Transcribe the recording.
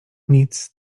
nic